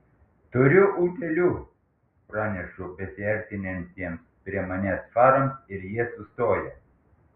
turiu utėlių pranešu besiartinantiems prie manęs farams ir jie sustoja